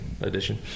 edition